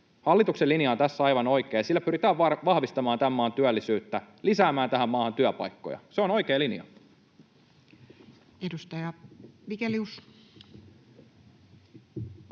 Hallituksen linja on tässä aivan oikea. Sillä pyritään vahvistamaan tämän maan työllisyyttä, lisäämään tähän maahan työpaikkoja. Se on oikea linja. [Speech